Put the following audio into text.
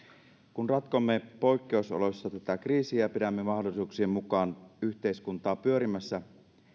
kun ratkomme poikkeusoloissa tätä kriisiä pidämme mahdollisuuksien mukaan yhteiskuntaa pyörimässä